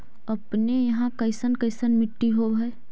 अपने यहाँ कैसन कैसन मिट्टी होब है?